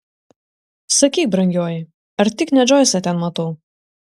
sakyk brangioji ar tik ne džoisą ten matau